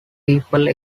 people